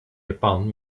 japan